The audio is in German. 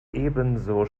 ebenso